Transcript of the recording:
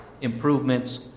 improvements